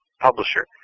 publisher